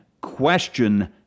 Question